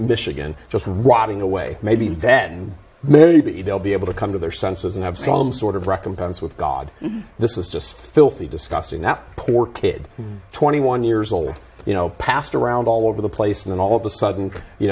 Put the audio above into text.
michigan just rotting away maybe then maybe they'll be able to come to their senses and have some sort of recompense with god this is just filthy disgusting that poor kid twenty one years old you know passed around all over the place and all of a sudden you